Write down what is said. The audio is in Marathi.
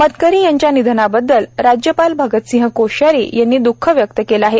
मतकरी यांच्या निधनाबद्दल राज्यपाल भगतसिंह कोश्यारी यांनीही द्ःख व्यक्त केलं आहे